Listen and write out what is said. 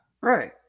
Right